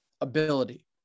ability